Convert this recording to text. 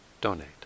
donate